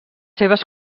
seves